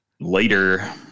later